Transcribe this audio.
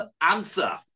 answer